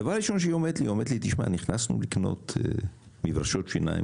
דבר ראשון היא אומרת לי: נכנסנו לקנות מברשות שיניים